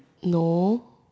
no